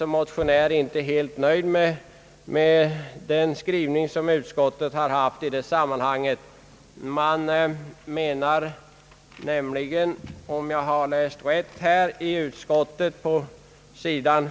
Som motionär är jag emellertid inte helt nöjd med utskottets skrivning. På sid.